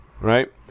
right